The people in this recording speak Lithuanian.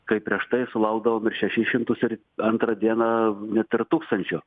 kai prieš tai sulaukdavom ir šešis šimtus ir antrą dieną net ir tūkstančio